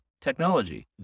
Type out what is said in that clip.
technology